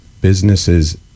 businesses